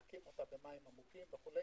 להקים אותה במים עמוקים וכו'.